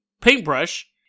paintbrush